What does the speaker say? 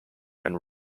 and